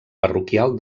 parroquial